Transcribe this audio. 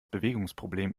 bewegungsproblem